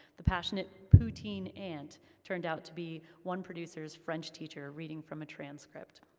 the passionate poutine aunt turned out to be one producer's french teacher reading from a transcript.